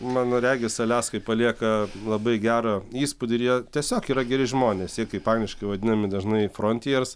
man regis aliaskoj palieka labai gerą įspūdį ir jie tiesiog yra geri žmonės jie kaip angliškai vadinami dažnai frontiers